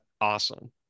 awesome